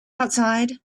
outside